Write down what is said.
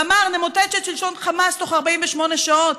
שאמר: נמוטט את שלטון חמאס תוך 48 שעות.